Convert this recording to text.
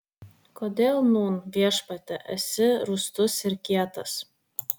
kodėl nūn viešpatie esi rūstus ir kietas